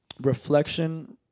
reflection